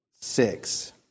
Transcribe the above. six